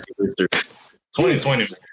2020